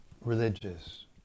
religious